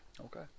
Okay